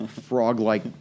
frog-like